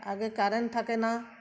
আগে কারেন্ট থাকে না